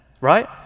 Right